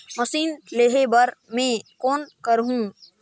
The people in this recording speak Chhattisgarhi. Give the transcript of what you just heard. मशीन लेहे बर मै कौन करहूं?